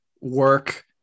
work